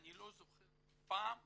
אני לא זוכר פעם